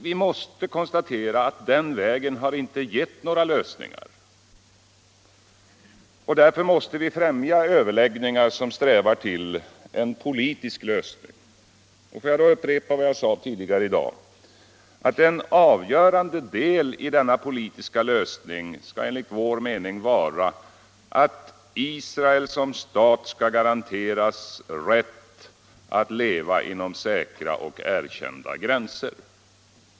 Vi måste konstatera att den vägen inte har gett några lösningar, och därför måste vi främja överläggningar som strävar till en politisk lösning. Får jag då upprepa vad jag sade tidigare i dag, att en avgörande del i denna politiska lösning enligt vår mening skall vara att Israel som stat garanteras rätt att leva inom säkra och erkända gränser.